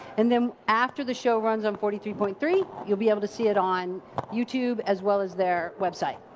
and then after the show runs on forty three point three, you'll be able to see it on youtube as well as their website.